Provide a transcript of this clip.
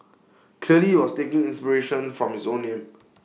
clearly he was taking inspiration from his own name